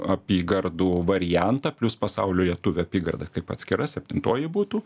apygardų variantą plius pasaulio lietuvių apygardą kaip atskira septintoji būtų